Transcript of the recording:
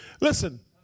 Listen